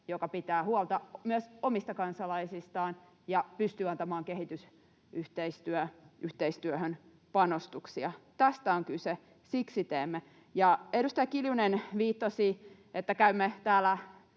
joka pitää huolta myös omista kansalaisistaan ja pystyy antamaan kehitysyhteistyöhön panostuksia. Tästä on kyse. Siksi teemme. Edustaja Kiljunen viittasi siihen, että käymme täällä